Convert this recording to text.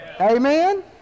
Amen